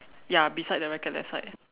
ya beside the racket that side